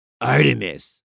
Artemis